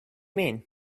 mean